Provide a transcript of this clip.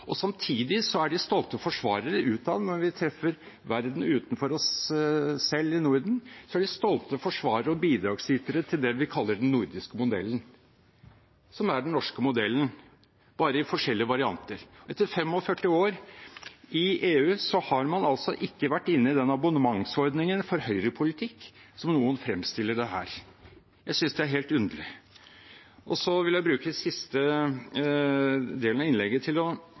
Samtidig er de stolte forsvarere utad når vi treffer verden utenfor oss selv i Norden. Da er de stolte forsvarere av og bidragsytere til det vi kaller den nordiske modellen, som er den norske modellen, bare i forskjellige varianter. Etter 45 år i EU har man ikke vært inne i den abonnementsordningen for høyrepolitikk som noen fremstiller det som her. Jeg synes det er helt underlig. Jeg vil bruke den siste delen av innlegget til å